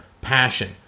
passion